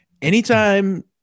Anytime